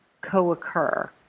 co-occur